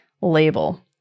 label